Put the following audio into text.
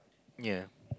ya